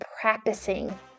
practicing